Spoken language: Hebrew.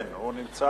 (לא נקראה, נמסרה